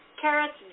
carrots